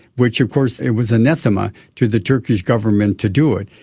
which of course it was anathema to the turkish government to do it.